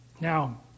Now